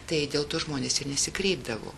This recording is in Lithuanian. tai dėl to žmonės ir nesikreipdavo